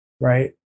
right